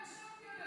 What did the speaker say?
מה האשמתי עליך?